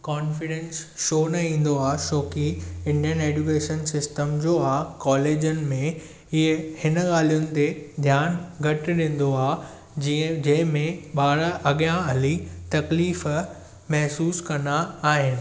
confidence छो न ईंदो आहे छो की इंडियन एजुकेशन सिस्टम जो आहे कॉलेजनि में हीअं हिन ॻाल्हियुनि ते ध्यानु घटि ॾींदो आहे जीअं जंहिंमें ॿार अॻियां हली तकलीफ़ महसूसु कंदा आहिनि